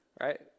right